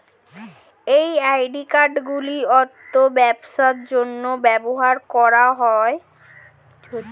এই অ্যাকাউন্টগুলির অর্থ ব্যবসার জন্য ব্যবহার করা হয়